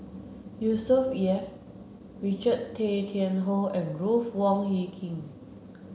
Yusnor Ef Richard Tay Tian Hoe and Ruth Wong Hie King